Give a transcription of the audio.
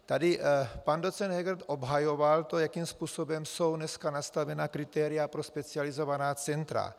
Tady pan doc. Heger obhajoval to, jakým způsobem jsou dneska nastavena kritéria pro specializovaná centra.